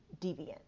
deviant